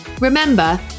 Remember